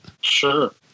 Sure